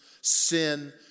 sin